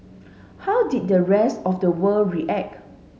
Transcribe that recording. how did the rest of the world react